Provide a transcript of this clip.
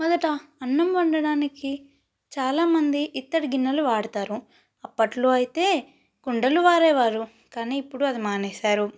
మొదట అన్నం వండడానికి చాలామంది ఇత్తడి గిన్నెలు వాడుతారు అప్పట్లో అయితే కుండలు వాడేవారు కానీ ఇప్పుడు అది మానేసారు